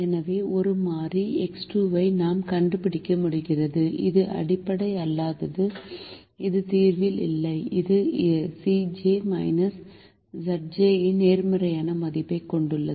எனவே ஒரு மாறி X2 ஐ நாம் கண்டுபிடிக்க முடிகிறது இது அடிப்படை அல்லாதது இது தீர்வில் இல்லை இது Cj Zj இன் நேர்மறையான மதிப்பைக் கொண்டுள்ளது